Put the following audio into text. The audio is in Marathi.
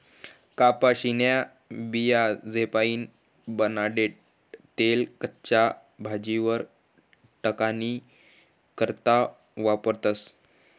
कपाशीन्या बियास्पाईन बनाडेल तेल कच्च्या भाजीस्वर टाकानी करता वापरतस